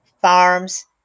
farms